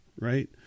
right